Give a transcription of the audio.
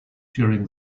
during